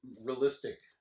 realistic